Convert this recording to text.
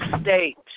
state